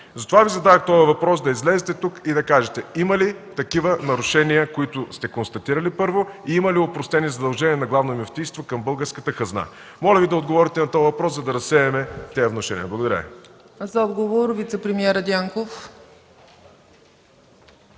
Зададох Ви този въпрос, за да излезете тук и да кажете има ли такива нарушения, които сте констатирали – първо, и има ли опростени задължения на Главното мюфтийство към българската хазна? Моля Ви, да отговорите на този въпрос, за да разсеем тези внушения. Благодаря. ПРЕДСЕДАТЕЛ ЦЕЦКА ЦАЧЕВА: За отговор вицепремиерът Дянков.